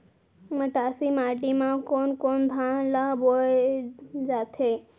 मटासी माटी मा कोन कोन धान ला बोये जाथे?